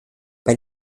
bei